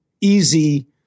easy